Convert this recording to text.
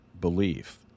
belief